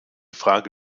frage